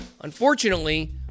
Unfortunately